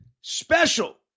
special